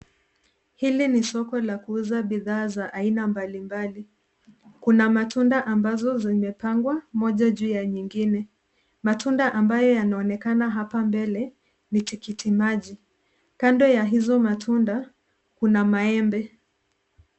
Hili ni soko la kuuza bidhaa za aina mbalimbali. Kuna matunda ambazo zimepangwa moja juu ya nyingine. Matunda ambayo yanaonekana hapa mbele ni tikiti maji. Kando ya hizo matunda, kuna maembe.